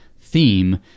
theme